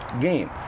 game